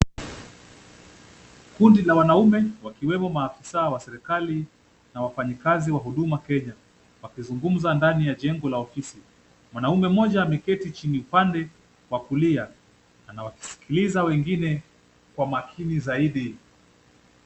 Kundi la wanaume wakiwemo maafisa wa serikali na wafanyikazi wa huduma Kenya, wakizungumza ndani ya jengo la ofisi. Mwanaume mmoja ameketi chini upande wa kulia anawasikiliza wengine kwa makini zaidi.